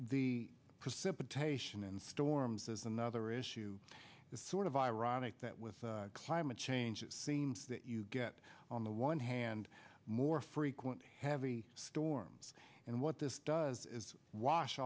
the precipitation and storms is another issue that sort of ironic that with climate change it seems that you get on the one hand more frequent heavy storms and what this does is wash